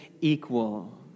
equal